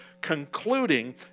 concluding